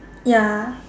ya